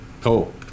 Cool